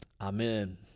Amen